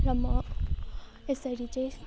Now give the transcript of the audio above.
र म यसरी चाहिँ